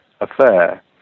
affair